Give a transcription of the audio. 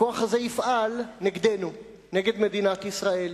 הכוח הזה יפעל נגדנו, נגד מדינת ישראל.